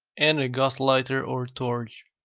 and a gas lighter or torch.